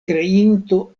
kreinto